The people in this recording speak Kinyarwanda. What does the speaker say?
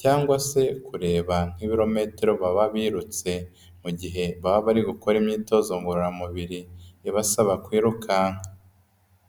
cyangwa se kureba nk'ibirometero baba birutse mu gihe baba bari gukora imyitozo ngororamubiri ibasaba kwirukanka.